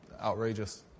outrageous